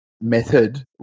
method